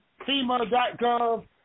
FEMA.gov